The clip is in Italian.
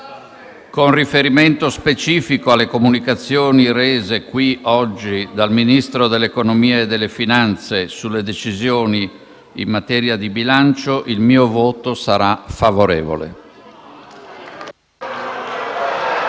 con riferimento specifico alle comunicazioni rese oggi dal Ministro dell'economia e delle finanze sulle decisioni in materia di bilancio, il mio voto sarà favorevole.